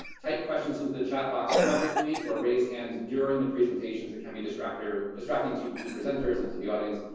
type questions into the chat box publicly or raise hands during the presentations that can be distracted distracting to to presenters and to the audience,